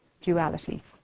duality